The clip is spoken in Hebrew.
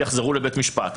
יחזרו לבית משפט,